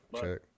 check